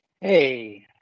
hey